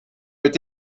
mit